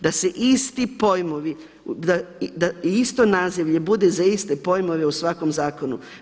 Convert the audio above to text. Da se isti pojmovi, da isto nazivlje bude za iste pojmove u svakom zakonu.